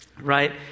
right